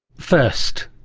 first,